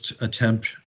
attempt